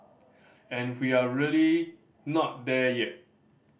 and we're not really there yet